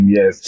Yes